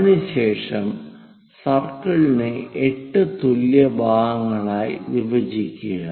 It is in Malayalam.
അതിനുശേഷം സർക്കിളിനെ 8 തുല്യ ഭാഗങ്ങളായി വിഭജിക്കുക